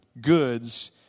goods